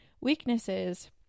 Weaknesses